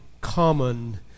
common